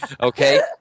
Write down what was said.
okay